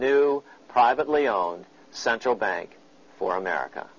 new privately owned central bank for america